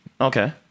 okay